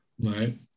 Right